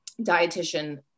dietitian